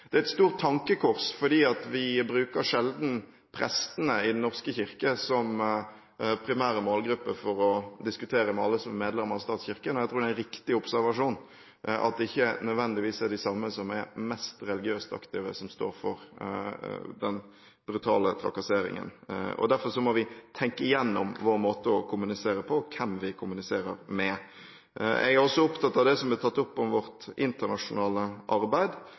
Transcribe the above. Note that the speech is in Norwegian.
Det er et stort tankekors, for vi bruker sjelden prestene i Den norske kirke som en primær målgruppe for å diskutere med alle som er medlemmer av statskirken. Jeg tror det er en riktig observasjon at det ikke nødvendigvis er de samme som er mest religiøst aktive som står for den brutale trakasseringen. Derfor må vi tenke gjennom vår måte å kommunisere på og hvem vi kommuniserer med. Jeg er også opptatt av det som er tatt opp om vårt internasjonale arbeid.